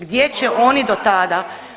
Gdje će oni do tada?